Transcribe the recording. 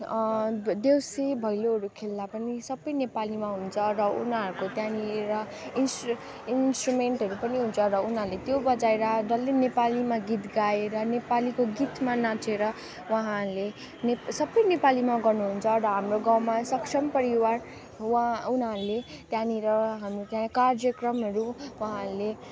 देउसे भैलोहरू खेल्दा पनि सबै नेपालीमा हुन्छ र उनीहरूको त्यहाँनिर इन्स इन्स्ट्रुमेन्टहरू पनि हुन्छ र उनीहरूले त्यो बजाएर डल्लै नेपालीमा गीत गाएर नेपालीको गीतमा नाचेर उहाँहरूले नेप सबै नेपालीमा गर्नु हुन्छ र हाम्रो गाउँमा सक्षम परिवार वहाँ उनीहरूले त्यहाँनिर हामी त्यहाँ कार्यक्रमहरू उहाँहरूले